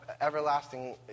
everlasting